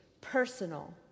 personal